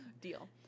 Deal